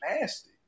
nasty